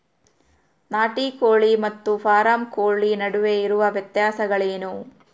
ನಾಟಿ ಕೋಳಿ ಮತ್ತು ಫಾರಂ ಕೋಳಿ ನಡುವೆ ಇರುವ ವ್ಯತ್ಯಾಸಗಳೇನು?